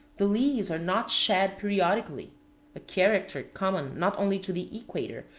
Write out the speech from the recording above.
the leaves are not shed periodically a character common, not only to the equator,